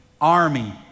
Army